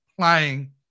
playing